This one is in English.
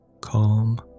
Calm